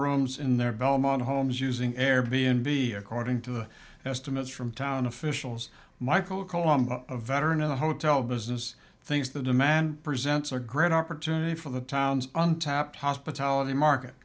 rooms in their belmont homes using air b n b according to estimates from town officials michael coleman a veteran of the hotel business thinks the demand presents a great opportunity for the town's untapped hospitality market